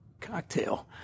cocktail